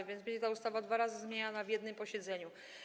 A więc będzie ta ustawa dwa razy zmieniana na jednym posiedzeniu.